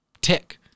tick